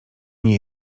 nie